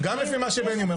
גם לפי מה שבני אומר.